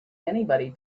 anybody